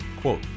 Quote